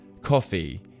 coffee